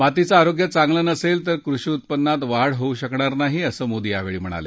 मातीचं आरोग्य चांगलं नसेल तर कृषी उत्पन्नात वाढ होऊ शकणार नाही असं मोदी यावेळी म्हणाले